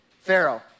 Pharaoh